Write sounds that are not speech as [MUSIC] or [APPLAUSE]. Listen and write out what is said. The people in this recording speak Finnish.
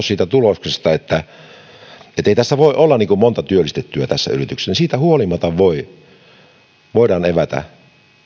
[UNINTELLIGIBLE] siitä tuloksesta että ei tässä yrityksessä voi olla monta työllistettyä niin siitä huolimatta voidaan evätä